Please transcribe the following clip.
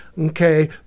okay